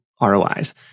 ROIs